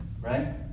Right